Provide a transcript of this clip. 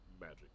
magic